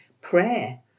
prayer